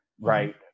right